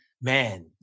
man